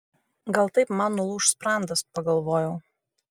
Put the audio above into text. gal taip man nulūš sprandas pagalvojau